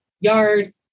yard